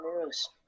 news